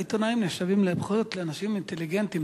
עיתונאים נחשבים בכל זאת לאנשים אינטליגנטיים.